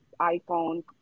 iPhone